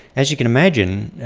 as you can imagine,